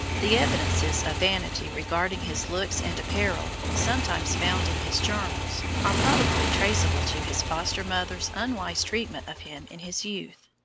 the evidences of vanity regarding his looks and apparel, sometimes found in his journal, are probably traceable to his foster-mother's unwise treatment of him in his youth.